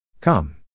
Come